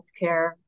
healthcare